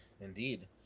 Indeed